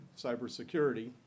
cybersecurity